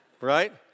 right